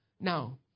Now